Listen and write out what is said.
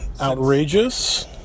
outrageous